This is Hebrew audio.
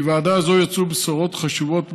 מוועדה זו יצאו בשורות חשובות,